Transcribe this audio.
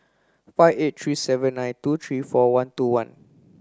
five eight three seven nine two three four two one